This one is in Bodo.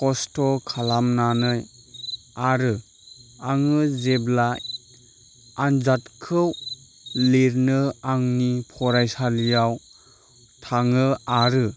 खस्थ' खालामनानै आरो आङो जेब्ला आनजादखौ लिरनो आंनि फरायसालियाव थाङो आरो